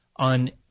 On